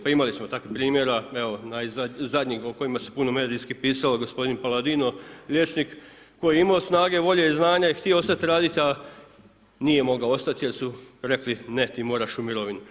Pa imali smo takvih primjera, evo zadnjih o kojima se puno medijski pisalo, gospodin Paladino, liječnik, koji je imao snage, volje i znanja i htio ostati raditi a nije mogao ostati jer su rekli ne, ti moraš u mirovinu.